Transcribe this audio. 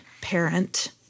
parent